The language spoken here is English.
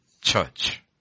church